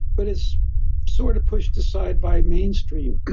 but it's sort of pushed aside by mainstream.